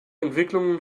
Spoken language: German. entwicklungen